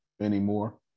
anymore